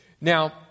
Now